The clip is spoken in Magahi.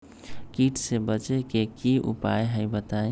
कीट से बचे के की उपाय हैं बताई?